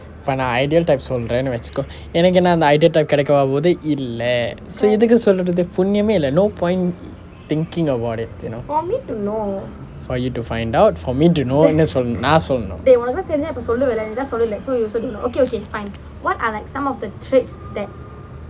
இப்போ நான்:ippo naan ideal type சொல்றேன்னு வைச்சுக்கோ எனக்கு என்ன அந்த:solrennu vaichukko enakku enna antha ideal type கிடைக்கவா போது இல்லை:kidaikavaa pothu illai so எதுக்கு சொல்றது புண்ணியமில்லை:ethukku solrathu punniyamillai no point thinking about it you know for you to find out for me know and னு சொல் நான் சொல்லணும்:nu sol naan sollanum